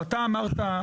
ואתה אמרת,